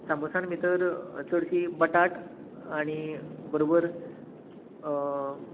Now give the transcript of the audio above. सामोसान भितर चडशी बटाट आनी बरोबर